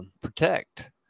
protect